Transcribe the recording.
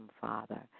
Father